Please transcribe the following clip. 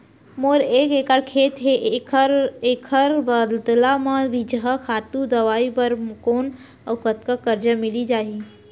मोर एक एक्कड़ खेत हे, एखर बदला म बीजहा, खातू, दवई बर कोन अऊ कतका करजा मिलिस जाही?